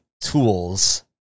tools